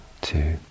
two